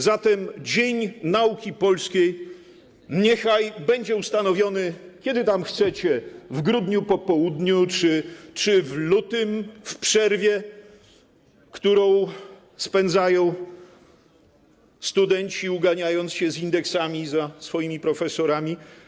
Zatem Dzień Nauki Polskiej niechaj będzie ustanowiony, kiedy tam chcecie, w grudniu po południu czy w lutym w przerwie, którą studenci spędzają, uganiając się z indeksami za swoimi profesorami.